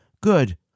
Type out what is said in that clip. good